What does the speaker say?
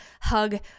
hug